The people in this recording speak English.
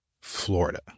Florida